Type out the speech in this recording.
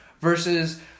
versus